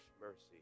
mercy